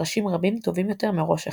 ראשים רבים טובים יותר מראש אחד.